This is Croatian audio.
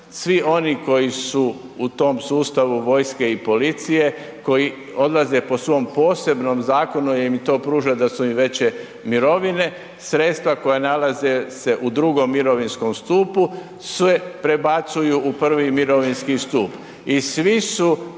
svi oni koji su u tom sustavu vojske i policije, koji odlaze po svom posebnom zakonu jer im to pruža da su im veće mirovine, sredstva koja nalaze se u II. mirovinskom stupu se prebacuju u I. mirovinski stup